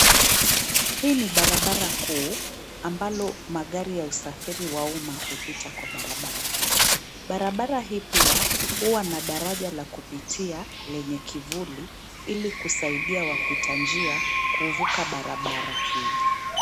Hii ni barabara kuu ambalo magari ya usafiri wa umma hupita kwa barabara hii. Barabara hii pia huwa na daraja yenye kivuli; ili kusidia wapita njia kuvuka barabara hii.